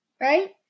Right